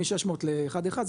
מ-600 ל-1.1.